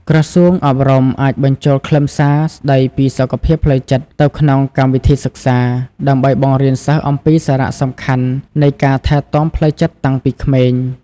ក្រសួងអប់រំអាចបញ្ចូលខ្លឹមសារស្តីពីសុខភាពផ្លូវចិត្តទៅក្នុងកម្មវិធីសិក្សា ដើម្បីបង្រៀនសិស្សអំពីសារៈសំខាន់នៃការថែទាំផ្លូវចិត្តតាំងពីក្មេង។